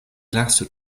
lasu